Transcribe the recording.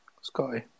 Scotty